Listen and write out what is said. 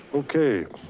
okay,